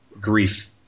grief